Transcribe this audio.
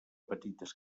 petites